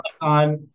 on